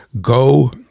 go